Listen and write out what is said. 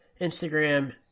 Instagram